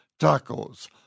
tacos